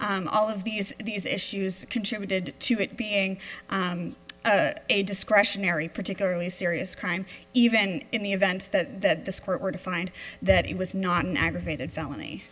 all of these these issues contributed to it being a discretionary particularly serious crime even in the event that this court were to find that it was not an aggravated felony